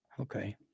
Okay